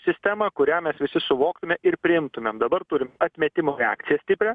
sistemą kurią mes visi suvoktume ir priimtumėm dabar turim atmetimo reakciją stiprią